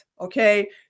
Okay